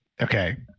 Okay